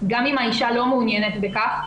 גם אם האישה לא מעוניינת בכך,